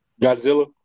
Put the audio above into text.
Godzilla